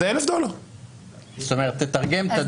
לא כתב.